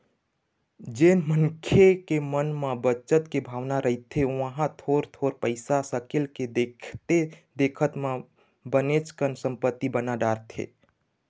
जेन मनखे के मन म बचत के भावना रहिथे ओहा थोर थोर पइसा सकेल के देखथे देखत म बनेच कन संपत्ति बना डारथे